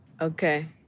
Okay